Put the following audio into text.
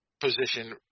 position